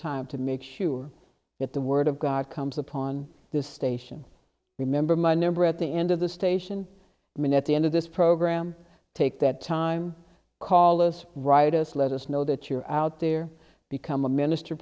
time to make sure that the word of god comes upon this station remember my number at the end of the station i mean at the end of this program take that time call us riotous let us know that you're out there become a minister